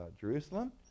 Jerusalem